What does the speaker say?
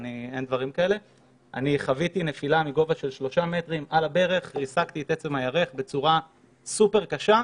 גם אני חוויתי נפילה על הברך וריסקתי את עצם הירך בצורה סופר קשה.